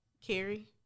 Carrie